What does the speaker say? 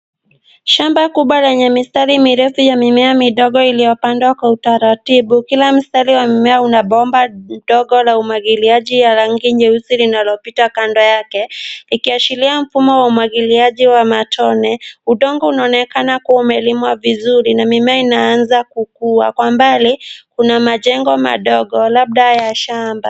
Shamba kubwa lenye mistari mirefu ya mimea midogo iliyo pandwa kwa utaratibu kila mstari wa mumea una bomba ndogo la umwagiliaji ya rangi nyeusi linalopita kando yake ikiashiria mfumo wa umwagiliaji wa matone. Udongo unaonekana kuwa umelimwa vizuri na mimea inaanza kukua. Kwa mbali kuna majengo madogo labda ya shamba.